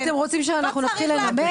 אתם רוצים שאנחנו נתחיל לנמק?